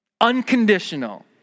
Unconditional